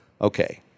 Okay